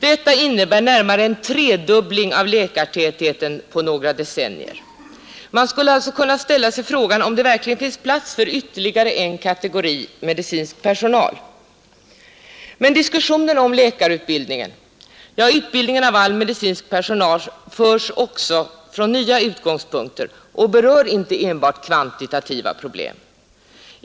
Detta innebär i det närmaste en tredubbling av läkartätheten på några decennier. Man skulle alltså kunna ställa sig frågan om det verkligen finns plats för ytterligare en kategori medicinsk personal. Men diskussionen om läkarutbildningen — ja utbildningen av all medicinsk personal — förs också från nya utgångspunkter och berör inte enbart kvantitativa problem.